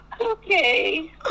Okay